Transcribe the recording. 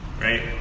Right